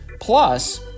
Plus